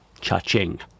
cha-ching